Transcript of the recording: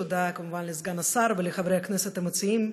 תודה כמובן לסגן השר ולחברי הכנסת המציעים.